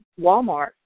Walmart